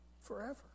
forever